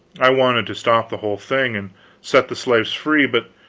i wanted to stop the whole thing and set the slaves free, but